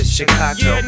Chicago